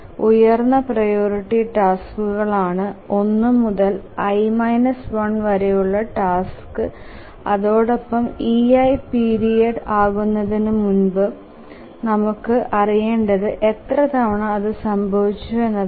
ഉയർന്ന പ്രിയോറിറ്റി ടാസ്കുകളാണ് 1 മുതൽ i 1 വരെയുള്ള ടാസ്ക്സ് അതോടൊപ്പം ei പീരീഡ് ആകുന്നതിനു മുൻപ് നമുക്ക് അറിയേണ്ടത് എത്ര തവണ അതു സംഭവിച്ചു എന്നതാണ്